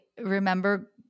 remember